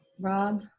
Rob